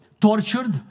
tortured